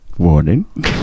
Warning